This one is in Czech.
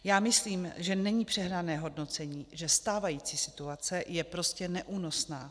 Já myslím, že není přehnané hodnocení, že stávající situace je prostě neúnosná.